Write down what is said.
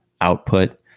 output